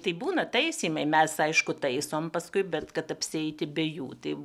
tai būna taisymai mes aišku taisom paskui bet kad apsieiti be jų tai